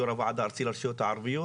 יו"ר הוועד הארצי של הרשויות הערביות